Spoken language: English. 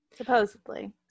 supposedly